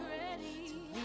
ready